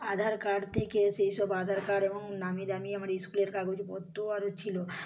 আধার card থেকে সেই সব আধার কার্ড এবং নামি দামি আমার ইস্কুলের কাগজপত্ররও আরও ছিলো